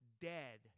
dead